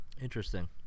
Interesting